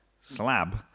slab